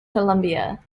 columbia